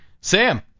Sam